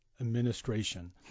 administration